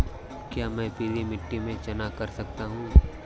क्या मैं पीली मिट्टी में चना कर सकता हूँ?